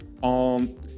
on